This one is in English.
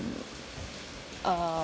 err